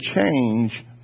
change